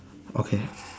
okay